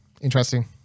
interesting